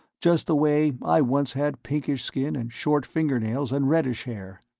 just the way i once had pinkish skin and short fingernails and reddish hair,